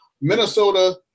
Minnesota